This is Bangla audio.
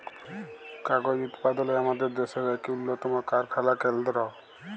কাগজ উৎপাদলে আমাদের দ্যাশের ইক উল্লতম কারখালা কেলদ্র